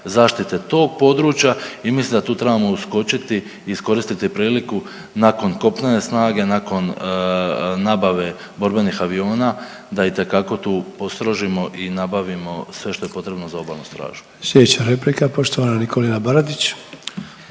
zaštite tog područja i mislim da tu trebamo uskočiti i iskoristiti priliku nakon kopnene snage, nakon nabave borbenih aviona da itekako tu postrožimo i nabavimo sve što je potrebno za Obalnu stražu.